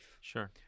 Sure